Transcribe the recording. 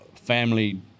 family